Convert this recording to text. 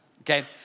okay